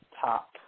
top